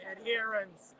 adherence